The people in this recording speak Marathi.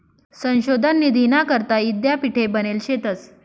संशोधन निधीना करता यीद्यापीठे बनेल शेतंस